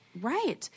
right